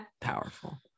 Powerful